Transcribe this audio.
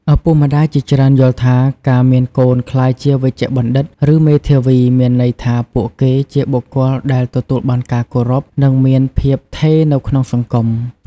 ឪពុកម្ដាយជាច្រើនយល់ថា ការមានកូនក្លាយជាវេជ្ជបណ្ឌិត ឬមេធាវី មានន័យថាពួកគេជាបុគ្គលដែលទទួលបានការគោរព និងមានភាពថេរនៅក្នុងសង្គម។